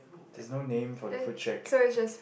there's no name for the food check